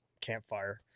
campfire